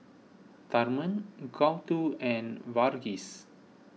Tharman Gouthu and Verghese